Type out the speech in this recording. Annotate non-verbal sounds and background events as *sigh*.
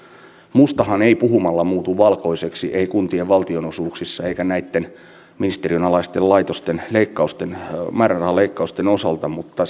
mustahan ei puhumalla muutu valkoiseksi ei kuntien valtionosuuksissa eikä näitten ministeriön alaisten laitosten määrärahaleikkausten osalta mutta *unintelligible*